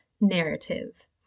narrative